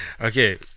Okay